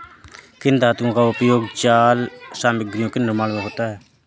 किन धातुओं का उपयोग जाल सामग्रियों के निर्माण में होता है?